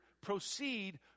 proceed